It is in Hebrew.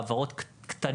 או העברות קטנות,